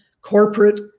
corporate